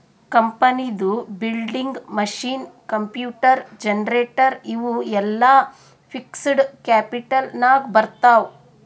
ಕಂಪನಿದು building, machine, computer, generator ಇವು ಎಲ್ಲಾ ಫಿಕ್ಸಡ್ ಕ್ಯಾಪಿಟಲ್ ನಾಗ್ ಬರ್ತಾವ್